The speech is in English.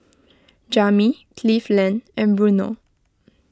Jami Cleveland and Bruno